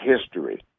history